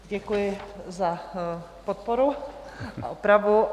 Děkuji za podporu a opravu.